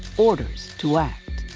orders to act.